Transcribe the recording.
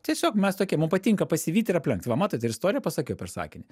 tiesiog mes tokie mum patinka pasivyt ir aplenkt va matot ir istoriją pasakiau per sakinį